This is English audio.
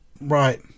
Right